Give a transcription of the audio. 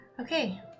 Okay